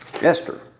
Esther